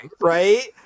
right